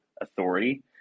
authority